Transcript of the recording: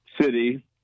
city